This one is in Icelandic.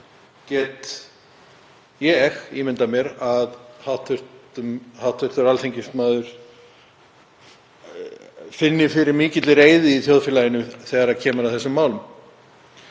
ég ímyndað mér að hv. alþingismaður finni fyrir mikilli reiði í þjóðfélaginu þegar kemur að þessum málum.